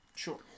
Sure